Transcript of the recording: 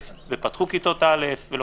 זה בסדר גמור,